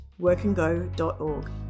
workandgo.org